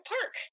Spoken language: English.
park